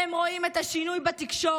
הם רואים את השינוי בתקשורת,